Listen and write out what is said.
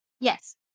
Yes